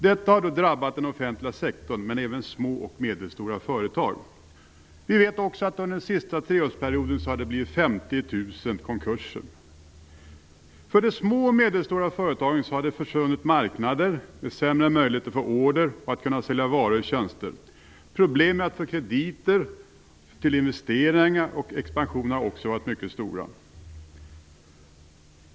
Detta har drabbat den offentliga sektorn men även små och medelstora företag. Vi vet också att det under den senaste treårsperioden har blivit 50 000 konkurser. För de små och medelstora företagen har marknader försvunnit, vilket gett sämre möjligheter att få order och därigenom sälja varor och tjänster. Problemen med att få krediter för investeringar och expansion har också varit mycket stora.